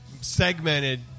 segmented